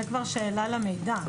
זה כבר שאלה למידע.